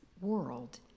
world